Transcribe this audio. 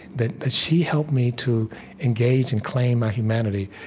that but she helped me to engage and claim my humanity,